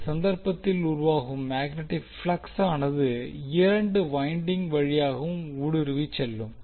இந்த சந்தர்ப்பத்தில் உருவாகும் மேக்னட்டிக் ப்ளக்ஸ் ஆனது இரண்டு வைண்டிங் வழியாகவும் ஊடுருவிச்செல்லும்